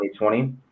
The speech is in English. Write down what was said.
2020